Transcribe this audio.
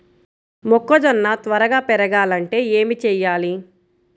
మొక్కజోన్న త్వరగా పెరగాలంటే ఏమి చెయ్యాలి?